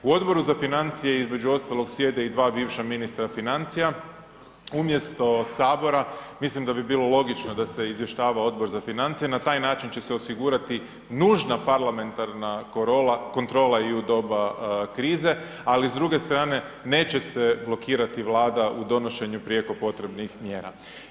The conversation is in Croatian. U Odboru za financije između ostalog sjede i dva bivša ministra financija, umjesto sabora mislim da bi bilo logično da se izvještava Odbor za financije, na taj način će se osigurati nužna parlamentarna kontrola i u doba krize, ali s druge strane neće se blokirati Vlada u donošenju prijeko potrebnih mjera.